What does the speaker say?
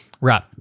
Right